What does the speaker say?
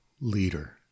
Leader